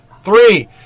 Three